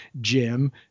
Jim